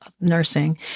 nursing